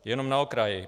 Jenom na okraj.